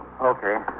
Okay